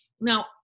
Now